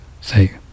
say